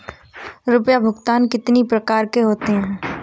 रुपया भुगतान कितनी प्रकार के होते हैं?